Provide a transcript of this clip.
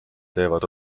teevad